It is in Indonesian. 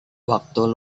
waktu